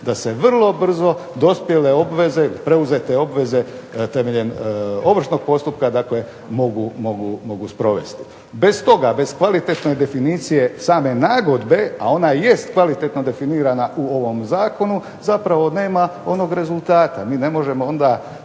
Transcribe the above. da se vrlo brzo dospjele obveze, preuzete obveze temeljem ovršnog postupka mogu sprovesti. Bez toga, bez kvalitetne definicije same nagodbe, a ona jest kvalitetno definirana u ovom zakonu, zapravo nema onog rezultata. Mi ne možemo onda